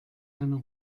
einer